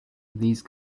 these